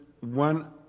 one